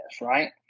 right